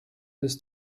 des